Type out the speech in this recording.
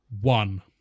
One